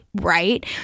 right